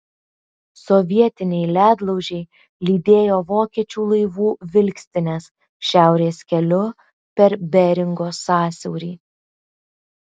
sovietiniai ledlaužiai lydėjo vokiečių laivų vilkstines šiaurės keliu per beringo sąsiaurį